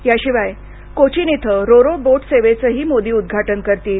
याशिवाय कोचीन इथं ro ro boat सेवेचंही मोदी उद्घाटन करतील